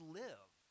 live